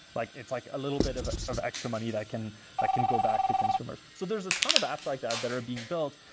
like it's like a little bit of of extra money that can that can go back to consumers. so there's a ton of apps like that that are being built,